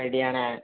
அப்படியாணே